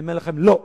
אני אומר לכם, לא.